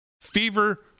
fever